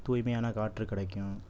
தூய்மையான காற்று கிடைக்கும்